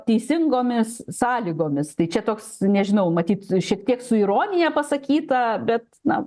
teisingomis sąlygomis tai čia toks nežinau matyt šiek tiek su ironija pasakyta bet na